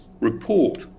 report